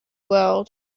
world